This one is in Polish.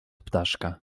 ptaszka